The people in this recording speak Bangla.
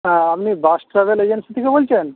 হ্যাঁ আপনি বাস ট্রাভেল এজেন্সি থেকে বলছেন